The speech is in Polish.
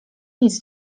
nic